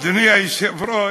אדוני היושב-ראש,